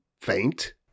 faint